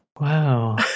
Wow